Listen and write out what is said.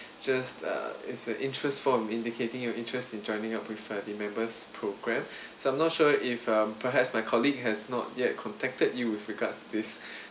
just uh it's a interest form indicating your interest in joining up with uh the members program so I'm not sure if um perhaps my colleague has not yet contacted you with regards to this